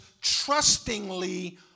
trustingly